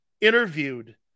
interviewed